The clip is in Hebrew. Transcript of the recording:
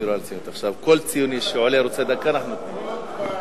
עכשיו כל ציוני שעולה ורוצה דקה, אנחנו נותנים לו.